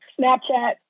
Snapchat